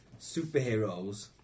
superheroes